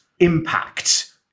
impact